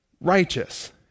righteous